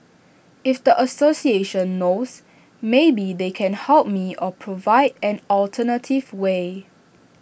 if the association knows maybe they can help me or provide an alternative way